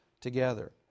together